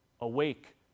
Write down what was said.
Awake